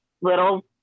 little